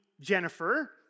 Jennifer